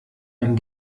ein